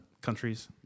Countries